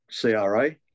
CRA